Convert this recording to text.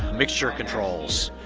mixture controls.